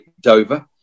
Dover